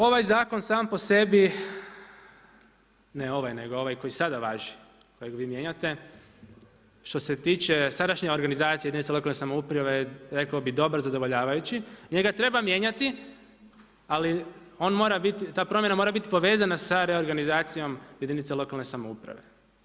Ovaj zakon sam po sebi, ne ovaj nego ovaj koji sada važi, kojeg vi mijenjate, što se tiče sadašnje organizacije jedinica lokalne samouprave, rekao bih dobar, zadovoljavajući, njega treba mijenjati ali on mora biti, ta promjena mora biti povezana sa reorganizacijom jedinica lokalne samouprave.